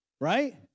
Right